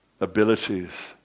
abilities